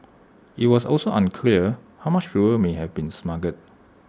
IT was also unclear how much fuel may have been smuggled